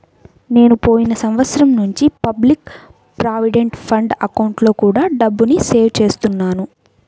నేను పోయిన సంవత్సరం నుంచి పబ్లిక్ ప్రావిడెంట్ ఫండ్ అకౌంట్లో కూడా డబ్బుని సేవ్ చేస్తున్నాను